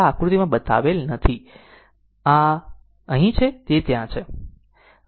તેથી આ આકૃતિમાં બતાવેલ નથી આ અહીં છે તે ત્યાં છે